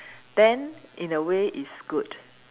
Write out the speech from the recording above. then in a way it's good